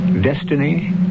Destiny